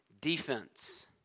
defense